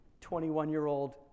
21-year-old